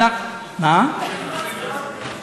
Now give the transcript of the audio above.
יהיו הצבעות ביום שני?